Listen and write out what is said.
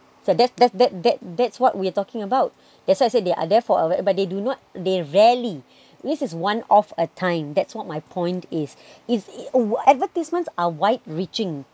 so that that that that that's what we're talking about that's why I said they are there for but they do not they rarely this is one of a time that's what my point is if oh advertisements are wide reaching